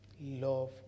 Love